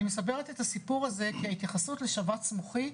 אני מספרת את הסיפור הזה כהתייחסות לשבץ מוחי,